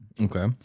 Okay